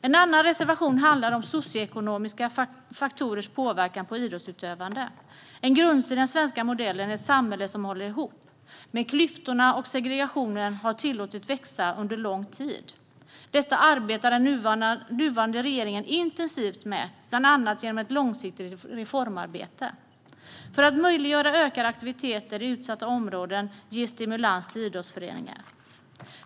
En annan reservation handlar om socioekonomiska faktorers påverkan på idrottsutövande. En grundsten i den svenska modellen är ett samhälle som håller ihop. Men klyftorna och segregationen har tillåtits växa under en lång tid. Detta arbetar den nuvarande regeringen intensivt med, bland annat genom ett långsiktigt reformarbete. För att möjliggöra ökade aktiviteter i utsatta områden ges stimulans till idrottsföreningar.